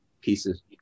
pieces